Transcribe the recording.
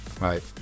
right